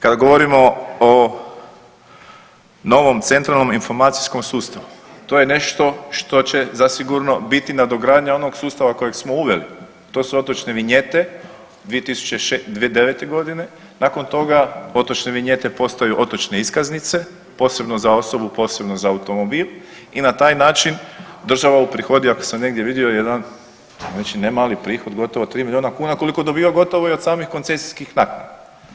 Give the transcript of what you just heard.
Kad govorimo o novom centralnom informacijskom sustavu to je nešto što će zasigurno biti nadogradnja onog sustava kojeg smo uveli, to su otočne vinjete 2009. godine, nakon toga otočne vinjete postaju otočne iskaznice, posebno za osobu, posebno za automobil i na taj način država uprihodi ako sam negdje vidio jedan znači ne mali prihod, gotovo 3 miliona kuna koliko dobiva gotovo i od samih koncesijskih naknada.